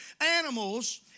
animals